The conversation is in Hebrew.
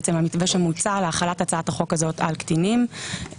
המתווה שמוצע להחלת הצעת החוק הזאת על קטינים.